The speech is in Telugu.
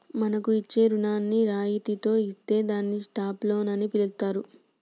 మనకు ఇచ్చే రుణాన్ని రాయితితో ఇత్తే దాన్ని స్టాప్ లోన్ అని పిలుత్తారు